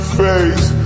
face